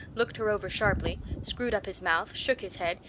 looked her over sharply, screwed up his mouth, shook his head,